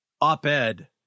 op-ed